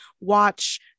watch